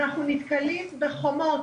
ואנחנו נתקלים בחומות.